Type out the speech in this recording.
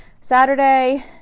Saturday